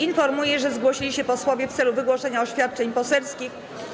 Informuję, że zgłosili się posłowie w celu wygłoszenia oświadczeń poselskich.